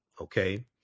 Okay